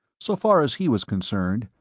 so far as he was concerned,